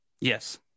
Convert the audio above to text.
Yes